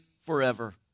forever